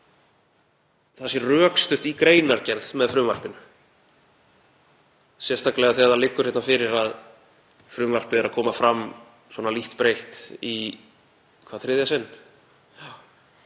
það sé rökstutt í greinargerð með frumvarpinu, sérstaklega þegar fyrir liggur að frumvarpið er að koma fram svona lítt breytt í hvað, þriðja sinn?